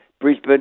Brisbane